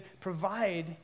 provide